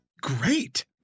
great